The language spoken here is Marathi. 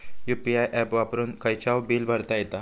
यु.पी.आय ऍप वापरून खायचाव बील भरता येता